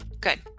Good